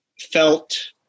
felt